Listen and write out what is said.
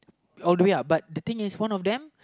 all the way uh but the thing is one of them